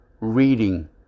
reading